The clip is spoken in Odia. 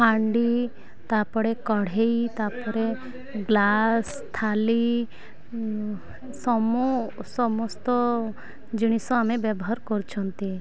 ହାଣ୍ଡି ତା'ପରେ କଢ଼େଇ ତା'ପରେ ଗ୍ଲାସ୍ ଥାଲି ସମସ୍ତ ଜିନିଷ ଆମେ ବ୍ୟବହାର କରୁଛନ୍ତି